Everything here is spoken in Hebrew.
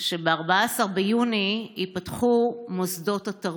שב-14 ביוני ייפתחו מוסדות התרבות,